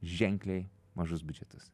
ženkliai mažus biudžetus